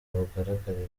bugaragarira